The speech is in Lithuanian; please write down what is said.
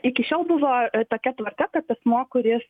iki šiol buvo tokia tvarka kad asmuo kuris